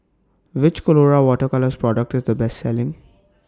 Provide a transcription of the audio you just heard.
Which Colora Water Colours Product IS The Best Selling